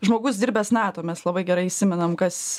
žmogus dirbęs nato mes labai gerai įsimenam kas